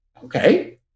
Okay